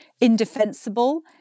indefensible